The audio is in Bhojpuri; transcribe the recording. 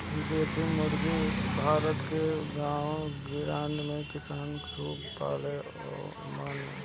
देशी मुर्गी भारत के गांव गिरांव के किसान खूबे पालत बाने